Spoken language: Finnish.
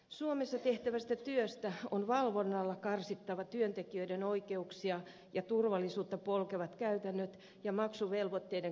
suomessa tehtävästä työstä on valvonnalla karsittava työntekijöiden oikeuksia ja turvallisuutta polkevat käytännöt ja maksuvelvoitteiden kiertäminen